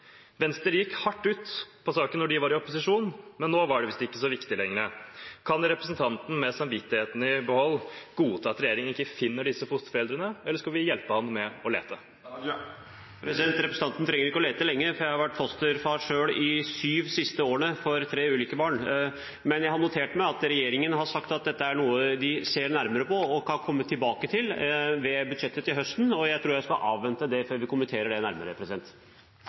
Venstre gikk hardt ut i saken da de var i opposisjon, men nå er det visst ikke så viktig lenger. Kan representanten med samvittigheten i behold godta at regjeringen ikke finner disse fosterforeldrene, eller skal vi hjelpe ham med å lete? Representanten trenger ikke å lete lenge, for jeg har selv vært fosterfar for tre barn de syv siste årene. Men jeg har notert meg at regjeringen har sagt at dette er noe de ser nærmere på og skal komme tilbake til i forbindelse med budsjettet til høsten. Jeg tror jeg skal avvente det før jeg kommenterer dette nærmere.